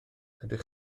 ydych